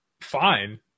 fine